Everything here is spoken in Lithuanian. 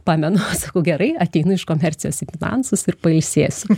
pamenu sakau gerai ateinu iš komercijos į finansus ir pailsėsiu